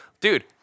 dude